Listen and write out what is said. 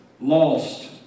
Lost